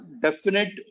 definite